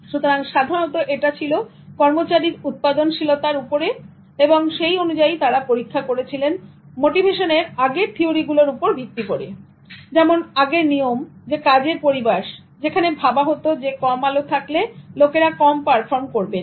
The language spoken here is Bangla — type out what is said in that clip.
সুতরাং সাধারণত এটা ছিল কর্মচারীর উৎপাদনশীলতার উপরে এবং সেই অনুযায়ী তারা পরীক্ষা করেছিলেন মোটিভেশন এর আগের থিওরি গুলোর উপরে ভিত্তি করে যেমন আগের নিয়ম কাজের পরিবেশ যেখানে ভাবা হতো যে কম আলো থাকলে লোকেরা কম পারফর্ম করবেন